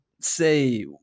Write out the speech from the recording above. say